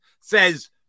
says